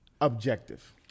objective